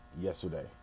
yesterday